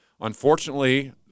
unfortunately